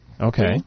Okay